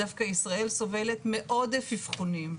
דווקא ישראל סובלת מעודף אבחונים.